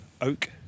oak